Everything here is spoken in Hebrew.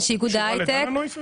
שאיגוד ההייטק -- קשורה לדנה נויפלד